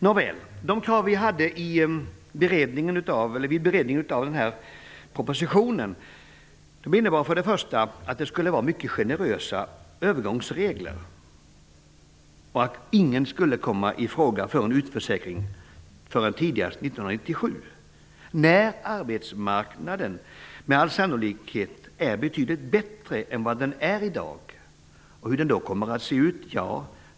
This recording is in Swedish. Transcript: Nåväl, de krav som vi hade vid beredningen av den här propositionen innebar för det första att det skulle vara mycket generösa övergångsregler och att ingen skulle komma i fråga för en utförsäkring förrän tidigast 1997, när arbetsmarknaden med all sannolikhet är betydligt bättre än vad den är i dag. Hur kommer den att se ut?